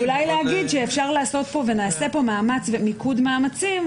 אולי להגיד שאפשר לעשות, ונעשה פה מיקוד מאמצים,